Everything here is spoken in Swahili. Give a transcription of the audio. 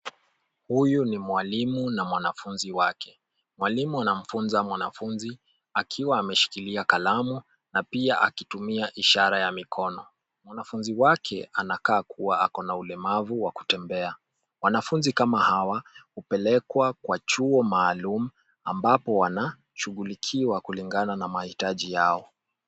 Huyu ni mwalimu na mwanafunzi wake. Mwalimu anamfunza mwanafunzi akiwa ameshikilia kalamu na pia akitumia ishara ya mikono. Mwanafunzi wake anakaa kuwa ako na ulemavu wa kutembea. Wanafunzi kama hawa hupelekwa kwa chuo maalum ambapo wanashugulikiwa kulingana na mahitaji yao.